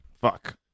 fuck